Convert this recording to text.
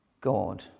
God